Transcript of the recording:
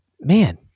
man